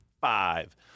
five